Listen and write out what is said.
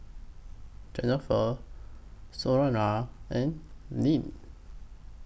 Jennifer Senora and Lynne